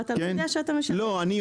ואתה יודע שאתה משלם --- סליחה,